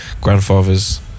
grandfather's